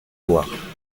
loire